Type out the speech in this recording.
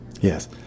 Yes